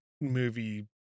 movie